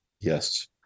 Yes